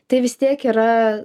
tai vis tiek yra